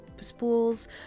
spools